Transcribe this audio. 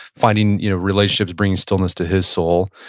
finding you know relationships, bringing stillness to his soul.